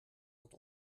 het